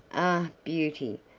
ah! beauty,